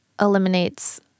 eliminates